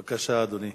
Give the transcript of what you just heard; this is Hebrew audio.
בבקשה, אדוני.